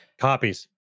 copies